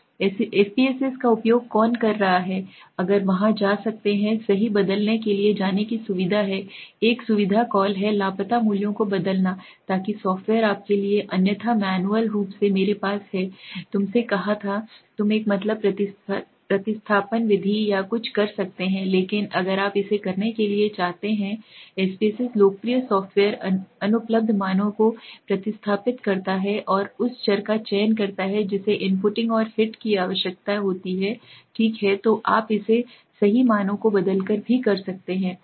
SPSS का उपयोग कौन कर रहा है आप वहां जा सकते हैं सही बदलने के लिए जाने की सुविधा है एक सुविधा कॉल है लापता मूल्यों को बदलना ताकि सॉफ्टवेयर आपके लिए अन्यथा मैन्युअल रूप से मेरे पास है तुमसे कहा था तुम एक मतलब प्रतिस्थापन विधि या कुछ कर सकते हैं लेकिन अगर आप इसे करने के लिए चाहते हैं SPSS लोकप्रिय सॉफ़्टवेयर अनुपलब्ध मानों को प्रतिस्थापित करता है और उस चर का चयन करता है जिसे imputing और हिट की आवश्यकता होती है ठीक है तो आप इसे सही मानों को बदलकर भी कर सकते हैं